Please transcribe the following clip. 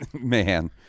Man